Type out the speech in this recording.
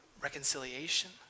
reconciliation